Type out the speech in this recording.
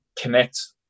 connect